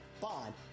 bond